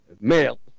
male